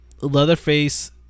Leatherface